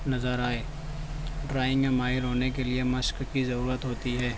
نظر آئے ڈرائنگ میں ماہر ہونے کے لیے مشق کی ضرورت ہوتی ہے